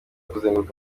kuzenguruka